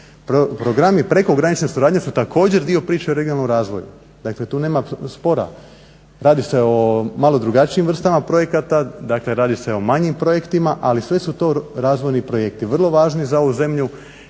Programi prekogranične suradnje su također dio priče o regionalnom razvoju. Dakle, tu nema spora radi se o malo drugačijim vrstama projekata, dakle radi se o manjim projektima ali sve su to razvojni projekti vrlo važni za ovu zemlju